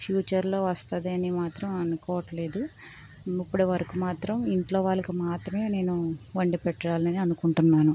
ఫ్యూచర్లో వస్తుందని మాత్రం అనుకోవటం లేదు ఇప్పుడు వరకు మాత్రం ఇంట్లో వాళ్లకు మాత్రమే నేను వండి పెట్టాలని అనుకుంటున్నాను